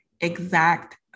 exact